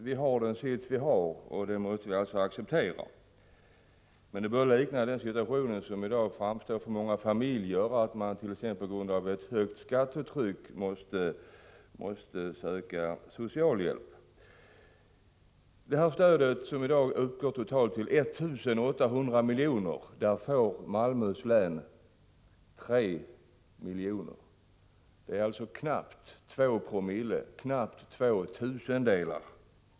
Vi har den sits vi har, och det måste vi acceptera, men det börjar likna den situation som många familjer i dag upplever, som på grund av det höga skattetrycket måste söka socialhjälp. Av det regionala stödet, som i dag uppgår till totalt 1 800 milj.kr., får Malmöhus län 3 milj.kr. Det är knappt 2 oo, dvs. knappt två tusendelar.